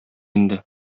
инде